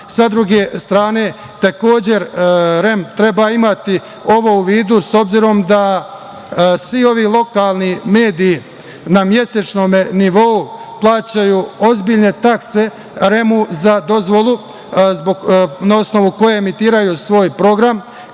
druge strane, takođe, REM treba imati ovo u vidu, s obzirom da svi ovi lokalni mediji na mesečnom nivou plaćaju ozbiljne takse REM-u za dozvolu, na osnovu koje emituju svoj program,